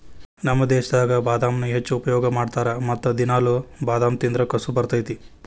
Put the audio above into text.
ನಮ್ಮ ದೇಶದಾಗ ಬಾದಾಮನ್ನಾ ಹೆಚ್ಚು ಉಪಯೋಗ ಮಾಡತಾರ ಮತ್ತ ದಿನಾಲು ಬಾದಾಮ ತಿಂದ್ರ ಕಸು ಬರ್ತೈತಿ